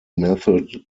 method